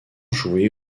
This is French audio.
joué